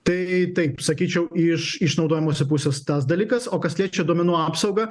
tai taip sakyčiau iš iš naudojamosios pusės tas dalykas o kas liečia duomenų apsaugą